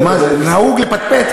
נהוג לפטפט,